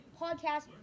podcast